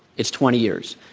it's twenty years.